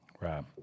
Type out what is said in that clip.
right